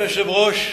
אדוני היושב-ראש,